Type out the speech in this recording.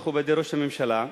מכובדי ראש הממשלה,